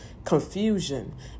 confusion